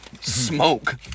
Smoke